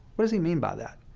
what does he mean by that?